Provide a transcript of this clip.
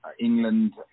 england